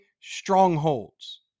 strongholds